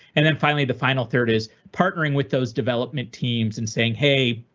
and then finally the final third is partnering with those development teams and saying, hey?